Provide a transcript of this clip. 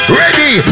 ready